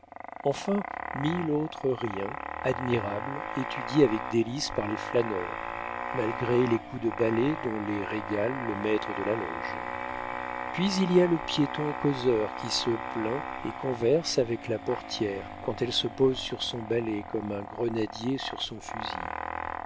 enfin mille autres riens admirables étudiés avec délices par les flâneurs malgré les coups de balai dont les régale le maître de la loge puis il y a le piéton causeur qui se plaint et converse avec la portière quand elle se pose sur son balai comme un grenadier sur son fusil